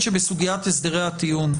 אחרי זה אני אדבר על הנושא של הסדרי הטיעון,